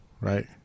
right